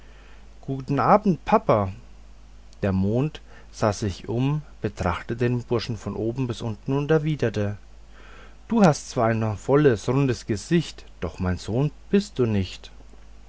guten abend papa der mond sah sich um betrachtete den burschen von oben bis unten und erwiderte du hast zwar ein volles rundes gesicht doch mein sohn bist du nicht